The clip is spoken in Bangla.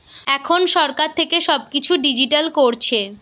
এখন সরকার থেকে সব কিছু ডিজিটাল করছে